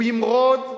הוא ימרוד,